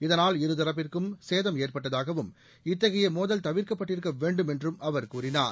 இதனால் இருதரப்பிற்கும் சேதம் ஏற்பட்டதாகவும் இத்தகைய மோதல் தவிர்க்கப்பட்டிருக்க வேண்டும் என்றும் அவர் கூறினார்